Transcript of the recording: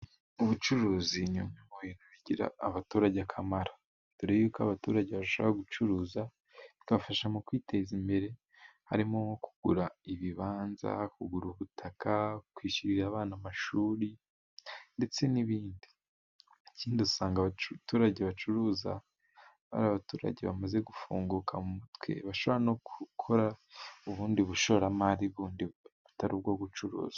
Ubucuruzi nyakuri bugirira abaturage akamaro, mbere y'uko abaturage barushaho gucuruza bikabafasha mu kwiteza imbere, harimo nko kugura ibibanza kugura ubutaka kwishyurira abana amashuri, ndetse n'ibindi. Ikindi usanga abaturage bacuruza, ari abaturage bamaze gufunguka mu mutwe, bashobora no gukora ubundi bushoramari butari ubwo gucuruza.